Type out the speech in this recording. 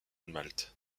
malt